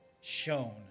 shown